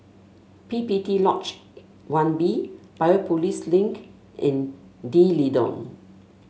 P P T Lodge One B Biopolis Link and D'Leedon